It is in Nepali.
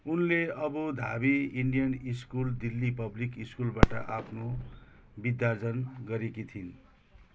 उनले Abu Dhabi Indian school Delhi public स्कुलबाट आफ्नो विद्यार्जन गरेकी थिइन्